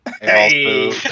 Hey